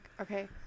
okay